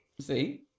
See